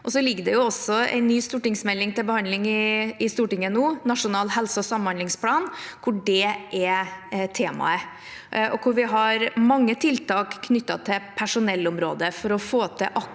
Det ligger også en ny stortingsmelding til behandling i Stortinget nå, Nasjonal helse- og samhandlingsplan, hvor det er temaet. Der har vi mange tiltak knyttet til personellområdet for å få til akkurat